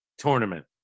Tournament